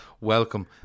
Welcome